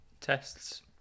tests